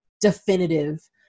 definitive